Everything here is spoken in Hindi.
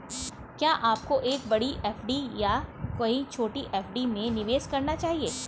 क्या आपको एक बड़ी एफ.डी या कई छोटी एफ.डी में निवेश करना चाहिए?